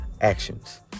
actions